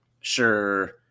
Sure